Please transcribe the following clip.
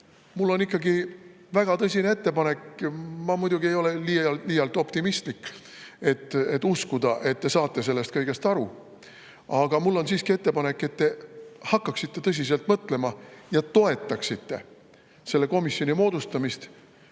mul on ikkagi väga tõsine ettepanek. Ma muidugi ei ole liialt optimistlik, et uskuda, et te saate sellest kõigest aru, aga mul on siiski ettepanek, et te hakkaksite tõsiselt mõtlema ja toetaksite selle komisjoni moodustamist